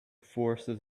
forces